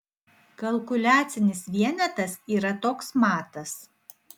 kalkuliacinis vienetas yra toks matas